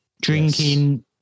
Drinking